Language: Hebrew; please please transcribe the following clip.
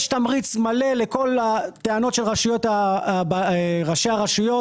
יש תמריץ מלא לכל הטענות של ראשי הרשויות.